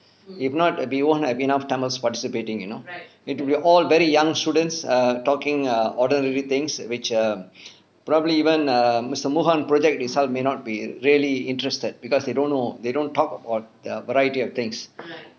if not err we won't have enough tamils participating you know it'll be all very young students err talking err ordinary things which um probably even err mister mohan project itself may not be really interested because they don't know they don't talk about variety of things